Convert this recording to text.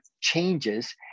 changes